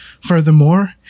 Furthermore